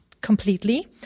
completely